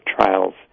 trials